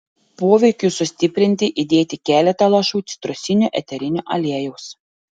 poveikiui sustiprinti įdėti keletą lašų citrusinio eterinio aliejaus